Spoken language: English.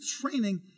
training